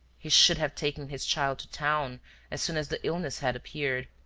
he should have taken his child to town as soon as the illness had appeared.